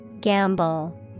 Gamble